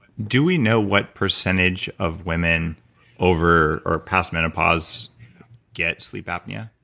do we know what percentage of women over or past menopause get sleep apnea?